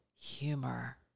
humor